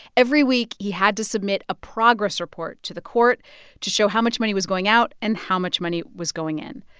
every week, he had to submit a progress report to the court to show how much money was going out and how much money was going in.